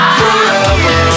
forever